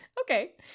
okay